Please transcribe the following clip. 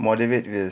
moderate risk